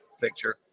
picture